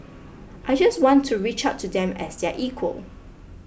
I just want to reach out to them as their equal